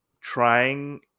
trying